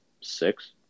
six